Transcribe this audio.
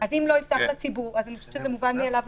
אז אם כתוב "לא יפתח לציבור" אני חושבת שהמשלוחים זה מובן מאליו.